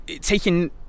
taking